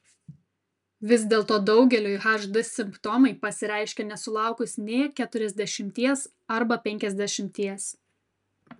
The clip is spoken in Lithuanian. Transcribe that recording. vis dėlto daugeliui hd simptomai pasireiškia nesulaukus nė keturiasdešimties arba penkiasdešimties